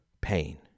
pain